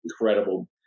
incredible